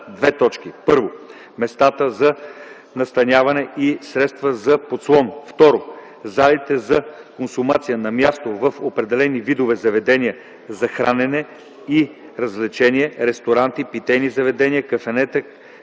са: 1. местата за настаняване и средствата за подслон; 2. залите за консумация на място в определени видове заведения за хранене и развлечение – ресторанти, питейни заведения, кафенета,